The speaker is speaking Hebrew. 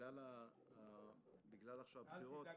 בגלל הבחירות.